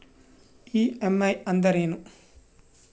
EMI ಅಂದ್ರೇನು?